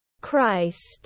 Christ